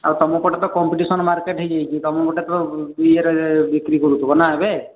ଆଉ ତୁମ ପଟେ ତ କମ୍ପିଟିସନ୍ ମାର୍କେଟ୍ ହୋଇଯାଇଛି ତୁମେ ଗୋଟାକରେ ବିକ୍ରି କରୁ ଥିବ ନା ଏବେ